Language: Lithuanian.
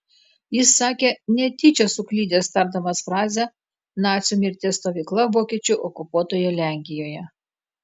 jis sakė netyčia suklydęs tardamas frazę nacių mirties stovykla vokiečių okupuotoje lenkijoje